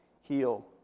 heal